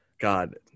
God